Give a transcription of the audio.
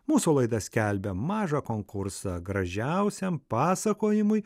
mūsų laida skelbia mažą konkursą gražiausiam pasakojimui